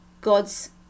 gods